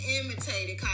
imitated